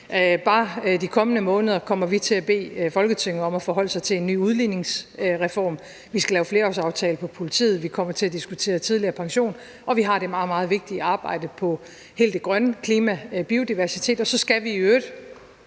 Bare de kommende måneder kommer vi til at bede Folketinget om at forholde sig til en ny udligningsreform, vi skal lave en flerårsaftale for politiet, vi kommer til at diskutere tidligere pension, vi har det meget, meget vigtige arbejde på det grønne område, om klima og biodiversitet, og så skal vi i øvrigt,